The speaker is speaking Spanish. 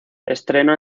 estreno